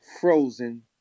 Frozen